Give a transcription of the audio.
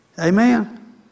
Amen